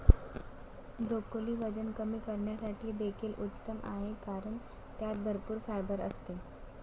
broccoli वजन कमी करण्यासाठी देखील उत्तम आहे कारण त्यात भरपूर फायबर असते